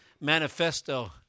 manifesto